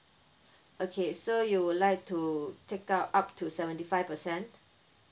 okay so you would like to take up up to seventy five percent